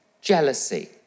jealousy